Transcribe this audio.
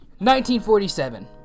1947